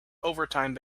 overtime